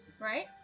Right